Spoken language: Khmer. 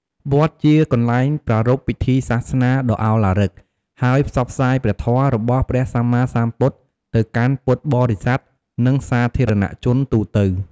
វត្តជាកន្លែងប្រារព្ធពិធីសាសនាដ៏ឱឡារិក ហើយផ្សព្វផ្សាយព្រះធម៌ របស់ព្រះសម្មាសម្ពុទ្ធទៅកាន់ពុទ្ធបរិស័ទ និងសាធារណជនទូទៅ។